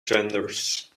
genders